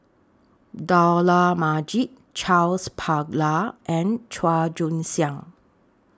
Dollah Majid Charles Paglar and Chua Joon Siang